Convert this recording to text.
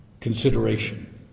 consideration